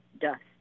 dust